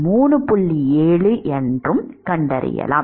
7 என்று கண்டறியலாம்